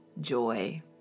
joy